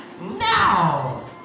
Now